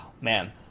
Man